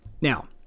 Now